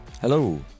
Hello